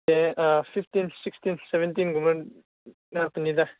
ꯁꯦ fifteen sixteen ꯁꯕꯦꯟꯇꯤꯟꯒꯨꯝꯕ ꯉꯥꯛꯇꯅꯤꯗ